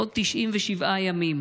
עוד 97 ימים,